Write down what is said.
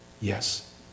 Yes